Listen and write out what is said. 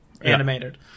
animated